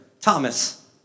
Thomas